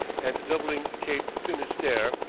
and doubling cape finisterre,